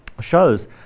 shows